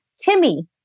Timmy